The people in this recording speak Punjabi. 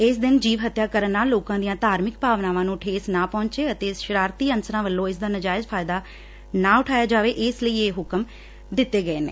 ਇਸ ਦਿਨ ਜੀਵ ਹੱਤਿਆ ਕਰਨ ਨਾਲ ਲੋਕਾਂ ਦੀਆਂ ਧਾਰਮਿਕ ਭਾਵਨਾਵਾਂ ਨੂੰ ਠੇਸ ਨਾ ਪਹੁੰਚੇ ਅਤੇ ਸਰਾਰਤੀ ਅਨਸਰਾਂ ਵੱਲੋਂ ਇਸ ਦਾ ਨਜਾਇਜ ਫਾਇਦਾ ਨਾ ਉਠਾਇਆ ਜਾਵੇ ਇਸ ਲਈ ਇਹ ਹੁਕਮ ਜਾਰੀ ਕੀਤੇ ਗਏ ਨੇ